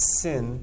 sin